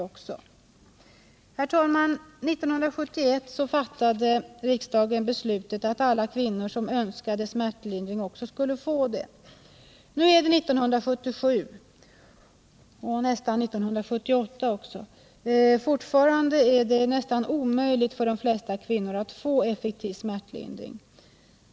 1971 fattade riksdagen beslutet att alla kvinnor som önskade smärtlindring också skulle få det. Nu är det 1977, nästan 1978, och fortfarande är det nästan omöjligt för de flesta kvinnor att få effektiv smärtlindring.